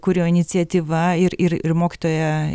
kurio iniciatyva ir ir ir mokytoja